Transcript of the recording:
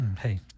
Hey